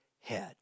head